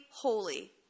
holy